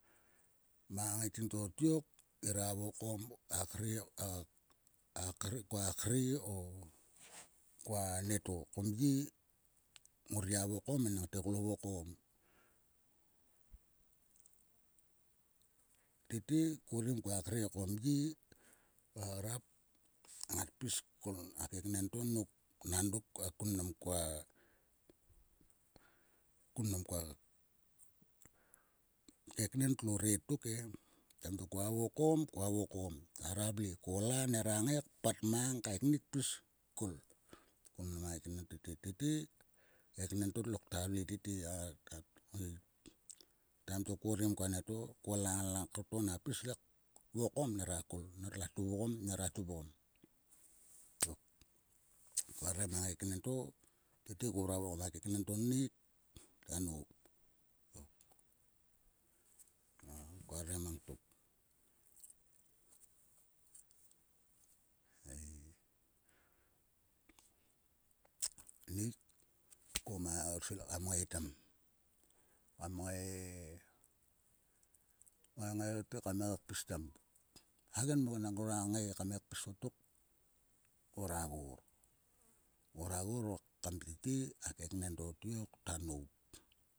Ma ngaiting to tiok ngira vokom a kre ka koa kre o anieto kom ye. ngor gia vokom enang klo vokom. Tete ko orim koa kre ko mye koa grap ngat pis kol. A keknen to nop nadok koa kun nam koa keknen tlo re tok e. Taim to koa vokom. koa vokom nera vle. Kola nera ngai pat mang kaiknik pis kol kun mnam a keknen to tete keknen to tlo kta vle tete a. Taim to ku korim koa neto ko la langto na le pis vokom nera kol nerla tuvgom. nera tuvgom tok. Kva rere mang a keknen to tete mura vokom a keknen to ngniik nera noop na ku rere mang tok. Ngniik koma svil kam ngae tam kam ngae ngva ngae te kam pis tam. hagenmok enang ngora ngae kam ngae pis kottok. ngora ghor. ngora ghor o taim tete a keknen to tiok ta noop.